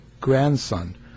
grandson